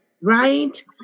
right